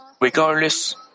regardless